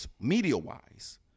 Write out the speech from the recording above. media-wise